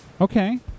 Okay